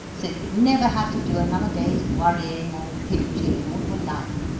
so you'd never have to do another day's worrying or pinching in all your life.